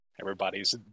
Everybody's